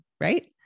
Right